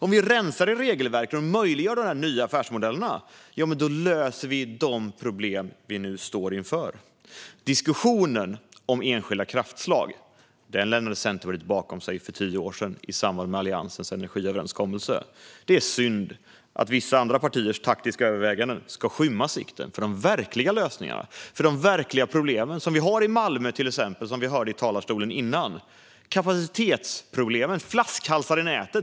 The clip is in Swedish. Om vi rensar i regelverken och möjliggör de nya affärsmodellerna löser vi de problem vi nu står inför. Diskussionen om enskilda kraftslag lämnade Centerpartiet bakom sig för tio år sedan, i samband med Alliansens energiöverenskommelse. Det är synd att vissa andra partiers taktiska överväganden ska skymma sikten för de verkliga problem vi har, exempelvis de kapacitetsproblem och flaskhalsar i nätet i Malmö som vi hörde om från talarstolen tidigare.